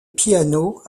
piano